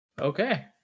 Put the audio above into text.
okay